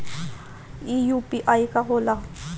ई यू.पी.आई का होला?